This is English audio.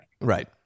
Right